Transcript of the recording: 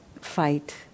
fight